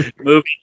Movie